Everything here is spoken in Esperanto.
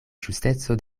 ĝusteco